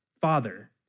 Father